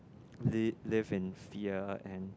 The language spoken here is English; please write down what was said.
liv~ live in fear and